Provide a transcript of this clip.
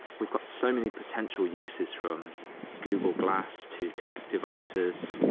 we've got so many potential uses, from google glass to kinect devices,